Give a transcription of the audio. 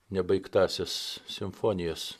nebaigtąsias simfonijas